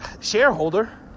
shareholder